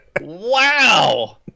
Wow